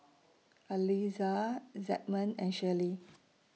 Eliza Zigmund and Shirley